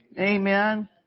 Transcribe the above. Amen